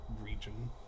region